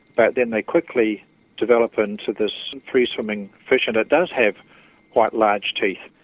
but then they quickly develop into this free-swimming fish, and it does have quite large teeth.